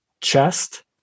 chest